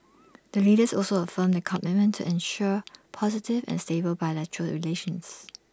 the leaders also reaffirmed their commitment ensure positive and stable bilateral relations